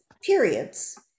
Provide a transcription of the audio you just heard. Periods